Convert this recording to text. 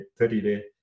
30-day